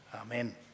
Amen